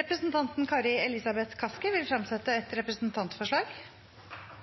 Representanten Kari Elisabeth Kaski vil fremsette et